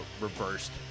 reversed